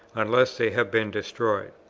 unless they have been destroyed.